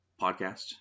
podcast